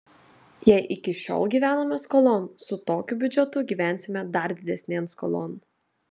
jei iki šiol gyvenome skolon su tokiu biudžetu gyvensime dar didesnėn skolon